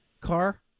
car